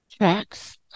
tracks